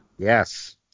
Yes